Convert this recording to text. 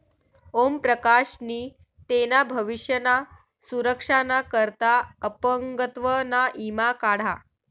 ओम प्रकाश नी तेना भविष्य ना सुरक्षा ना करता अपंगत्व ना ईमा काढा